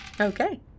Okay